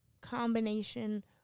combination